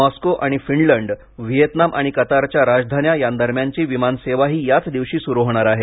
Moscow आणि Finland Vietnam आणि कतारच्या राजधान्या यांदरम्यानची विमानसेवाही याचं दिवशी सुरू होणार आहे